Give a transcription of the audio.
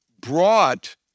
brought